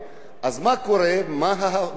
מה האפליה השנייה?